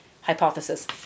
hypothesis